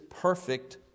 perfect